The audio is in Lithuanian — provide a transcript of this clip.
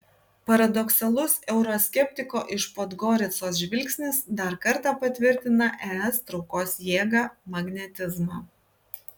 paradoksalus euroskeptiko iš podgoricos žvilgsnis dar kartą patvirtina es traukos jėgą magnetizmą